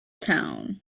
town